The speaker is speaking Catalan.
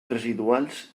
residuals